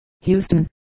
Houston